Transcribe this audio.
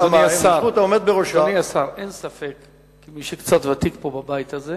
אדוני השר, אין ספק, כמי שוותיק בבית הזה,